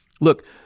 look